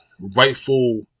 rightful